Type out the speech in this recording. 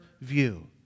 view